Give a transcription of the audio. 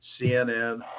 CNN